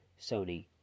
Sony